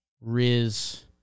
Riz